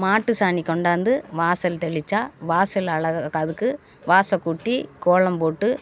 மாட்டுசாணி கொண்டாந்து வாசல் தெளிச்சால் வாசல் அழகு க அதுக்கு வாசக்கூட்டி கோலம் போட்டு